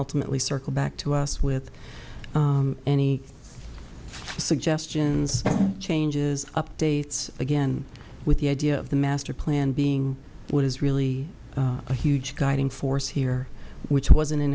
ultimately circle back to us with any suggestions changes updates again with the idea of the master plan being what is really a huge guiding force here which wasn't in